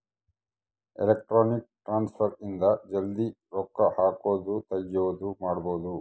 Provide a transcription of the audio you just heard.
electronic transfer ಇಂದ ಜಲ್ದೀ ರೊಕ್ಕ ಹಾಕೋದು ತೆಗಿಯೋದು ಮಾಡ್ಬೋದು